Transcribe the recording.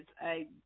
I